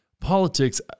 politics